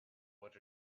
what